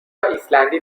ایسلندی